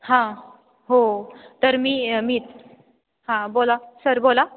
हां हो तर मी मी हां बोला सर बोला